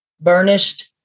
burnished